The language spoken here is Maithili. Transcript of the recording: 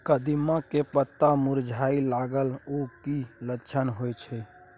कदिम्मा के पत्ता मुरझाय लागल उ कि लक्षण होय छै?